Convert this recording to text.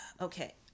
Okay